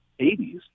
80s